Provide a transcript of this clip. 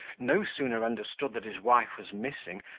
no sooner understood that his wife was missing,